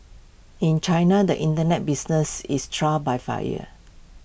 in China the Internet business is trial by fire